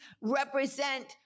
represent